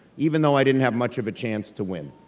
even though i didn't have much of a chance to win.